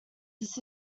this